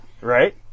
Right